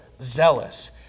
zealous